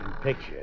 Picture